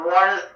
one